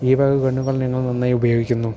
ഈ വക ഗണ്ണുകൾ ഞങ്ങൾ നന്നായി ഉപയോഗിക്കുന്നു